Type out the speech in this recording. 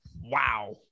Wow